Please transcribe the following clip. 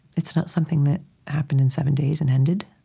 it's not something that happened in seven days and ended.